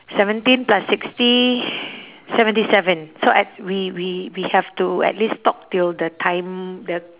seventeen plus sixty seventy seven so I we we we have to at least talk till the time the